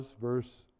verse